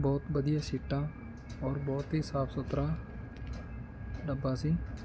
ਬਹੁਤ ਵਧੀਆ ਸੀਟਾਂ ਔਰ ਬਹੁਤ ਹੀ ਸਾਫ ਸੁਥਰਾ ਡੱਬਾ ਸੀ